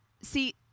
See